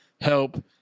help